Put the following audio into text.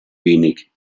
wenig